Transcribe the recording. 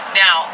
now